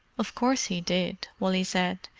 of course he did, wally said.